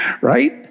right